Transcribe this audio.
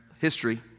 History